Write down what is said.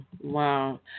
Wow